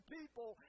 people